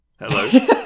hello